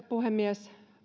puhemies